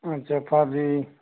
अच्छा four G B